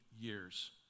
years